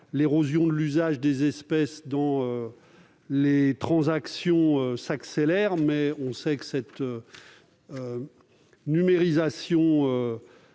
l'érosion de l'usage des espèces dans les transactions. Mais on sait que cette dématérialisation